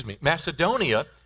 Macedonia